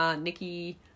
Nikki